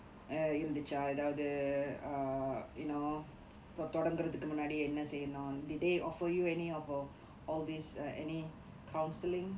uh இருந்துச்சா எதாவது:irunthuchaa ethaavathu err தொடங்குறதக்கு முன்னாடி என்ன செய்யனும்:thodangrathukku munnaadi enna seyyanum did they offer you any of all all these uh any counseling